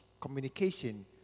communication